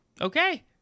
okay